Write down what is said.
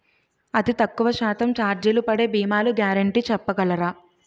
అతి తక్కువ శాతం ఛార్జీలు పడే భీమాలు గ్యారంటీ చెప్పగలరా?